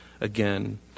again